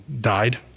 died